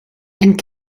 and